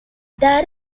there